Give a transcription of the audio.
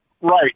Right